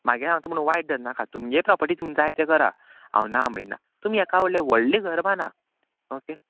मागे हांव तुमी वायट धर ना खातीर प्रोपर्टी तुमकां जाय तें करा हांव ना म्हणना तुमी एका व्हडलें व्हडलें घर बाना ओके